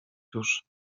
duszy